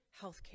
healthcare